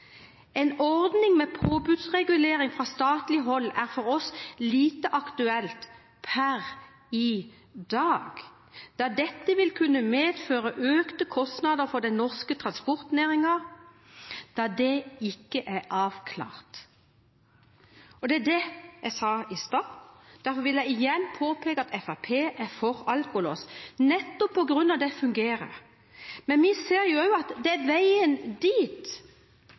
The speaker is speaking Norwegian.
«En ordning med påbudsregulering fra statlig hold er for oss lite aktuelt per i dag, da dette vil kunne medføre økte kostnader for den norske transportnæringen der det ikke er avklart.» Det var det jeg sa i stad. Derfor vil jeg igjen påpeke at Fremskrittspartiet er for alkolås, nettopp på grunn av at det fungerer. Men vi ser også at vi kanskje har en annen oppfattelse av veien dit.